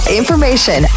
information